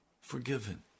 forgiven